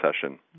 session